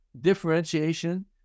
differentiation